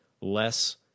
less